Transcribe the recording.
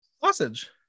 Sausage